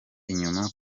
inyuma